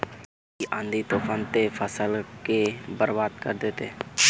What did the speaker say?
इ आँधी तूफान ते फसल के बर्बाद कर देते?